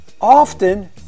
often